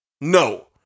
no